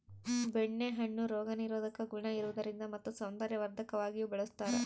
ಬೆಣ್ಣೆ ಹಣ್ಣು ರೋಗ ನಿರೋಧಕ ಗುಣ ಇರುವುದರಿಂದ ಮತ್ತು ಸೌಂದರ್ಯವರ್ಧಕವಾಗಿಯೂ ಬಳಸ್ತಾರ